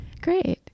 Great